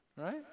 right